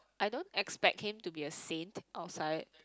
I don't expect him to be a saint outside